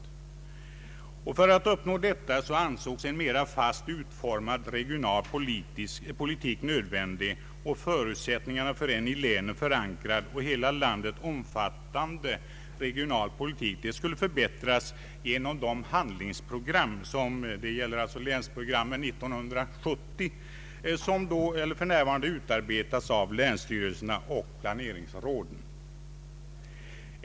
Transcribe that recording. För att uppnå detta ansågs en mera fast utformad regional politik nödvändig, och förutsättningarna för en i länen förankrad och hela landet omfattande regional politik skulle förbättras genom de handlingsprogram — länspro grammen 1970 — som för närvarande utarbetas av länsstyrelserna och planeringsråden.